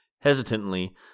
Hesitantly